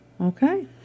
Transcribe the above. Okay